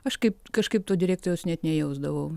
aš kaip kažkaip to direktoriaus net nejausdavau